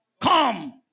come